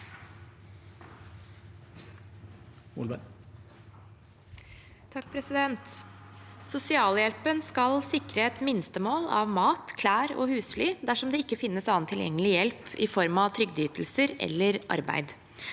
Sosialhjelpen skal sikre et minstemål av mat, klær og husly dersom det ikke finnes annen tilgjengelig hjelp i form av trygdeytelser eller arbeid.